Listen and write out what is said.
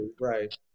Right